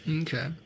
Okay